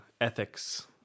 ethics